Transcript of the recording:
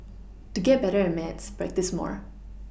to get better at maths practise more